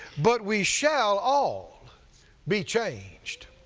but we shall all be changed,